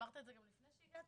אמרת את זה גם לפני שהגעתי?